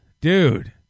Dude